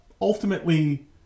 ultimately